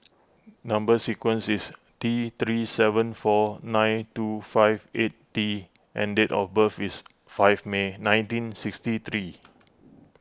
Number Sequence is T three seven four nine two five eight T and date of birth is five May nineteen sixty three